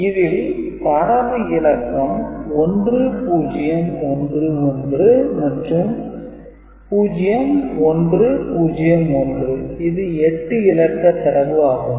இதில் தரவு இலக்கம் 1011 மற்றும் 0101 இது 8 இலக்க தரவு ஆகும்